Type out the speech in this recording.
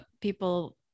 people